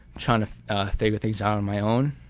tryna figure things out on my own.